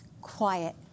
quiet